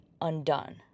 undone